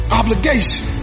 obligation